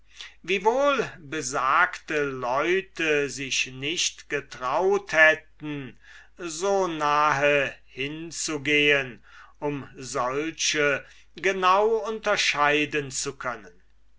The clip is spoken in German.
besagte leute sich nicht getraut so nahe hinzuzugehen um solche genau unterscheiden zu können